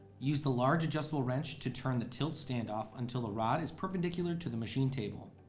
use the large adjustable wrench to turn the tilt stand off until the rod is perpendicular to the machine table.